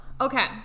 okay